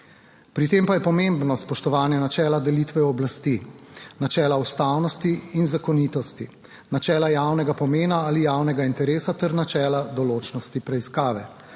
Pri tem pa je pomembno spoštovanje načela delitve oblasti, načela ustavnosti in zakonitosti, načela javnega pomena ali javnega interesa ter načela določnosti preiskave.